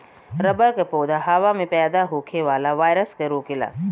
rubber क पौधा हवा में पैदा होखे वाला वायरस के रोकेला